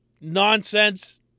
nonsense